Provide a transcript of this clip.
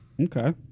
Okay